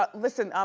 but listen, um